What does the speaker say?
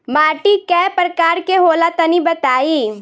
माटी कै प्रकार के होला तनि बताई?